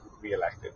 reelected